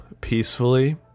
Peacefully